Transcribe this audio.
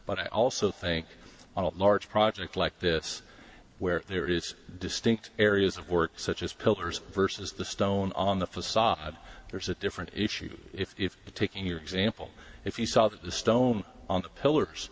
but i also think a large project like this where there is distinct areas of work such as pillars versus the stone on the facade there's a different issue if you take your example if you saw that the stone on the pillars